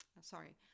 sorry